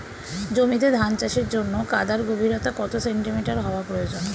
জমিতে ধান চাষের জন্য কাদার গভীরতা কত সেন্টিমিটার হওয়া প্রয়োজন?